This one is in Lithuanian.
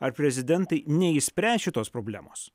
ar prezidentai neišspręs šitos problemos